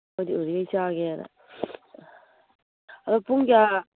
ꯃꯣꯏꯗꯤ ꯎꯔꯤꯉꯩ ꯆꯥꯒꯦꯅ ꯑꯗꯨ ꯄꯨꯡ ꯀꯌꯥ